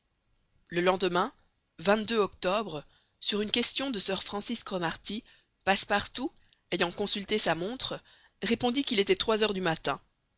le lendemain octobre sur une question de sir francis cromarty passepartout ayant consulté sa montre répondit qu'il était trois heures du matin